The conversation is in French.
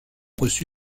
reçu